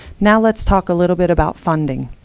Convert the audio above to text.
now, let's talk a little bit about funding.